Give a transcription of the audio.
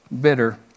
bitter